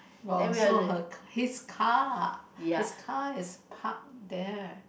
oh so her his car his car is park there